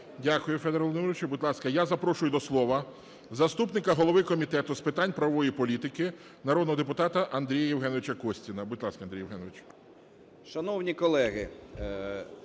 Дякую, Федору Володимировичу. Будь ласка, я запрошую до слова заступника голови Комітету з питань правової політики народного депутата Андрія Євгенійовича Костіна. Будь ласка, Андрій Євгенович.